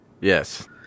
Yes